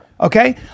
Okay